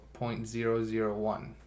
0.001